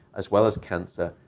as well as cancer,